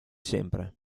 sempre